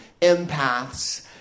empaths